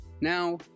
Now